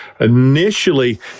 Initially